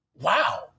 Wow